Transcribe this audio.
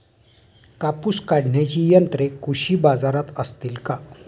कापूस काढण्याची यंत्रे कृषी बाजारात असतील का?